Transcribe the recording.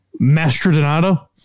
Mastrodonato